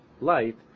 light